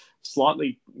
slightly